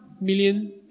million